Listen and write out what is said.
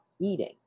eating